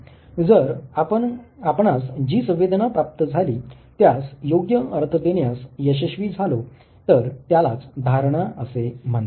जर आपण आपणास जी संवेदना प्राप्त झाली त्यास योग्य अर्थ देण्यास यशस्वी झालो तर त्यालाच धारणा असे म्हणतात